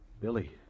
Billy